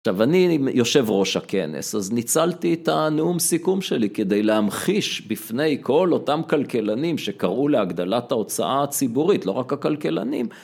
עכשיו, אני יושב ראש הכנס, אז ניצלתי את הנאום סיכום שלי כדי להמחיש בפני כל אותם כלכלנים שקראו להגדלת ההוצאה הציבורית, לא רק הכלכלנים.